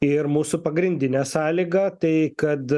ir mūsų pagrindinė sąlyga tai kad